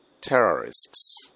terrorists